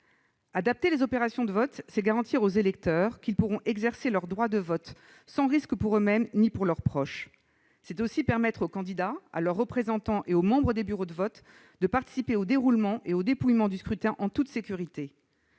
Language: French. Adapter les opérations de vote, c'est garantir aux électeurs qu'ils pourront exercer leur droit de vote sans risque pour eux-mêmes ni pour leurs proches. C'est aussi permettre aux candidats, à leurs représentants et aux membres des bureaux de vote de participer au déroulement et au dépouillement du scrutin en toute sécurité.